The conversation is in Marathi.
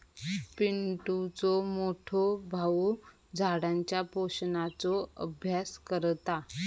पिंटुचो मोठो भाऊ झाडांच्या पोषणाचो अभ्यास करता